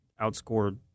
outscored